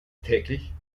täglich